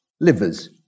Livers